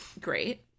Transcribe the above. great